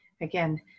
again